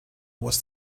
was